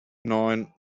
neun